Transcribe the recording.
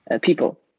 people